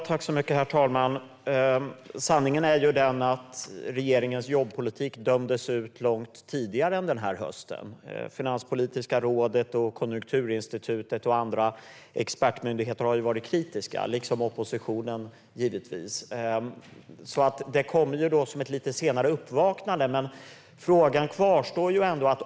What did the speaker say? Herr talman! Sanningen är den att regeringens jobbpolitik dömdes ut långt före den här hösten. Finanspolitiska rådet, Konjunkturinstitutet och andra expertmyndigheter har varit kritiska, liksom givetvis oppositionen. Det kommer som ett lite sent uppvaknande, och frågan kvarstår.